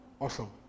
Awesome